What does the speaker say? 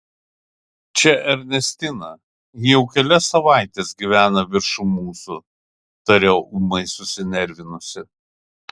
čia ernestina ji jau kelias savaites gyvena viršum mūsų tariau ūmai susinervinusi